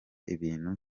ibintu